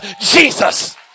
Jesus